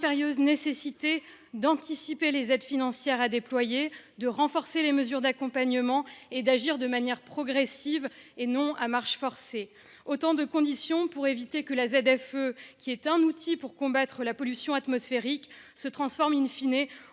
nécessité d'anticiper les aides financières à déployer, de renforcer les mesures d'accompagnement, d'agir de manière progressive et non à marche forcée. Autant de conditions pour éviter que les ZFE, qui sont des outils pour combattre la pollution atmosphérique, ne se transforment en «